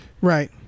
Right